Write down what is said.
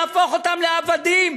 להפוך אותם לעבדים,